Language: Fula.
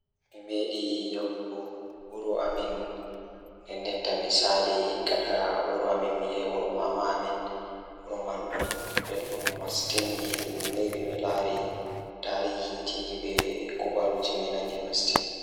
So tawii miɗo waɗa njam ngal, miɗo waɗataa waawde njiddaade fiyaangu ngal. Mi njiddaade ko ngoni baɗi goɗɗo ngal ngal, sabu ngal nguurndam ngal mi njiddaade kañum. Mi ɗo jaɓii ngal e nder tawaande goɗɗo ngal, ngam waɗde goɗɗo ngal.